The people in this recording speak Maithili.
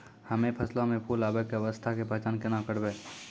हम्मे फसलो मे फूल आबै के अवस्था के पहचान केना करबै?